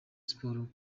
sports